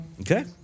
Okay